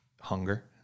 hunger